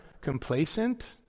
complacent